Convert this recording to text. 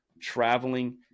traveling